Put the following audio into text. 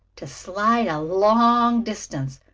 to slide a long distance,